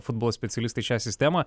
futbolo specialistai šią sistemą